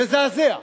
מזעזע: